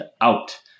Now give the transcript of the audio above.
out